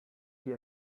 die